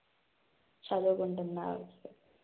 చదువుకుంటుందా